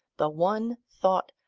the one thought,